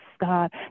God